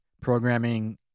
programming